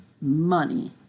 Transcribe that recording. money